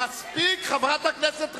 מספיק, חברת הכנסת רגב.